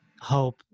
hope